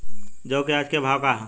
जौ क आज के भाव का ह?